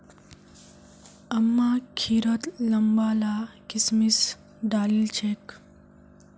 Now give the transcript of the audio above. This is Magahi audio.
अम्मा खिरत लंबा ला किशमिश डालिल छेक